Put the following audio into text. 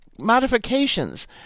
modifications